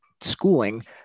schooling